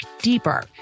deeper